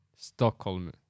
Stockholm